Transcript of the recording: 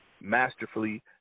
masterfully